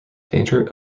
danger